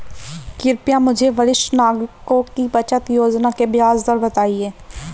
कृपया मुझे वरिष्ठ नागरिकों की बचत योजना की ब्याज दर बताएं